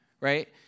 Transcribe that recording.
right